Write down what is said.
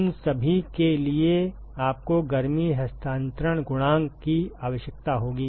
उन सभी के लिए आपको गर्मी हस्तांतरण गुणांक की आवश्यकता होगी